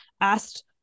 asked